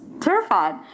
terrified